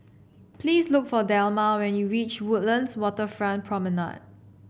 please look for Delmar when you reach Woodlands Waterfront Promenade